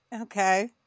okay